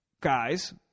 guys